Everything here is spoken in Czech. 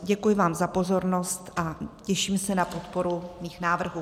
Děkuji vám za pozornost a těším se na podporu svých návrhů.